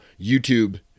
youtube